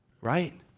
Right